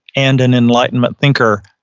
and an enlightenment thinker,